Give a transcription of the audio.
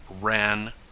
ran